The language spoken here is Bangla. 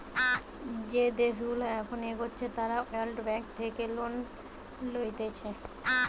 যে দেশগুলা এখন এগোচ্ছে তারা ওয়ার্ল্ড ব্যাঙ্ক থেকে লোন লইতেছে